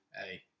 Hey